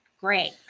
Great